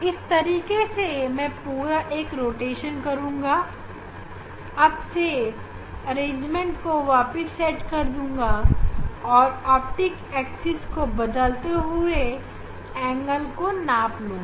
इस तरीके से मैं पूरा एक रोटेशन करूँगा अब से अरेंजमेंट को वापस से सेट कर दूँगा और ऑप्टिक एक्सिस को बदलते हुए कोण को नाप लूँगा